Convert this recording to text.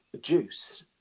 juice